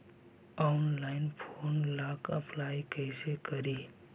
Online loan ला apply कैसे करी?